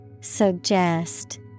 Suggest